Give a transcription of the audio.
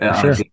Sure